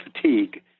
fatigue